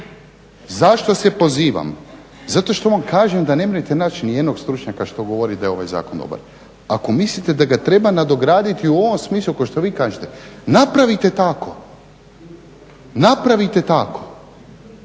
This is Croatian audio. Zašto se pozivam? Zato što vam kažem da ne možete naći ni jednog stručnjaka što govori da je ovaj zakon dobar. Ako mislite da ga treba nadograditi i u ovom smislu kao što vi kažete, napravite tako, napravite tako.